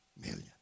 million